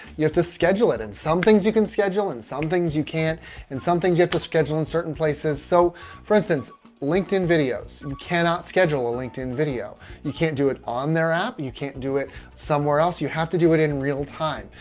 you have to schedule it and some things you can schedule and some things you can't and some things you have to schedule in certain places. so for instance linkedin videos, you cannot schedule a linkedin video. you can't do it on their app. you can't do it somewhere else you. you have to do it in real time.